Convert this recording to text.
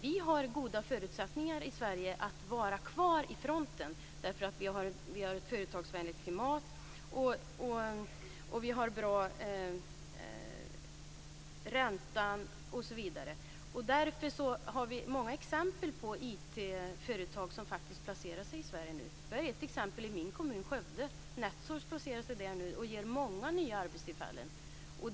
Vi har goda förutsättningar i Sverige att vara kvar i fronten, därför att vi har ett företagsvänligt klimat, bra ränta osv. Därför finns det många exempel på IT företag som placerar sig i Sverige nu. Jag kan ta ett exempel från min hemkommun Skövde, där Netsource placerar sig och ger många nya arbetstillfällen.